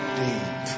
deep